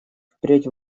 впредь